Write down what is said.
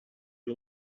you